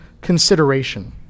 consideration